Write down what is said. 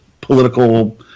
political